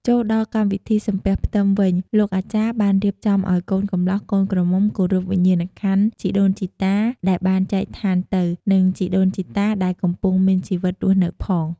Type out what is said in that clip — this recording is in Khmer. ចូលដល់កម្មវិធីសំពះផ្ទឹមវិញលោកអាចារ្យបានរៀបចំឱ្យកូនកម្លោះកូនក្រមុំគោរពវិញ្ញាណខន្ធដីដូនជីតាដែលបានចែកឋានទៅ និងជីដូនជីតាដែលកំពុងមានជីវិតរស់នៅផង។